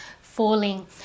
falling